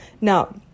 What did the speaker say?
Now